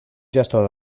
gestor